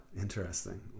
Interesting